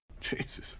Jesus